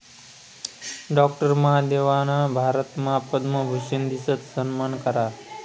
doctor महादेवना भारतमा पद्मभूषन दिसन सम्मान करा